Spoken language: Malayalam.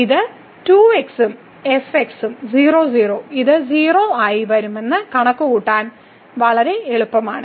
ഇത് 2x ഉം fx ഉം 0 0 ഇത് 0 ആയി വരുമെന്ന് കണക്കുകൂട്ടാൻ വളരെ എളുപ്പമാണ്